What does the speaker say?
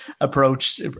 approach